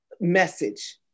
message